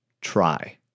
try